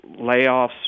layoffs